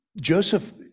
Joseph